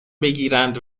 بگیرند